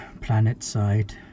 planet-side